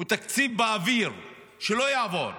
הוא תקציב באוויר שלא יעבור.